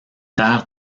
terre